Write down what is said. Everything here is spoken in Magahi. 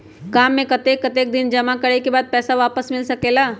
काम से कम कतेक दिन जमा करें के बाद पैसा वापस मिल सकेला?